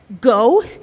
go